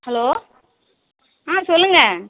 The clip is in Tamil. ஹலோ ஆ சொல்லுங்கள்